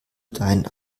deinen